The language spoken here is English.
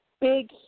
big